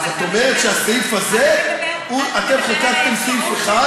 אז את אומרת שהסעיף הזה, אתם חוקקתם סעיף אחד?